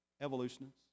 evolutionists